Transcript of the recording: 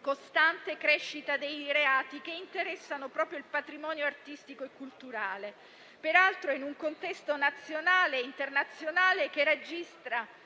costante crescita dei reati che interessano proprio il patrimonio artistico e culturale, peraltro in un contesto nazionale e internazionale che registra